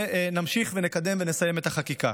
ונמשיך ונקדם ונסיים את החקיקה.